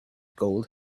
gold